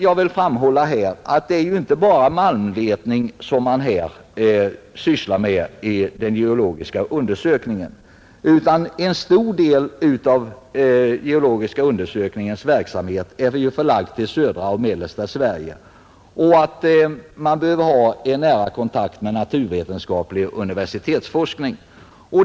Jag vill emellertid framhålla att SGU inte bara sysslar med malmletning, utan en stor del av dess verksamhet är förlagd till södra och mellersta Sverige, och man behöver ha en nära kontakt med naturvetenskaplig universitetsforskning.